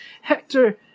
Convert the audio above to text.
hector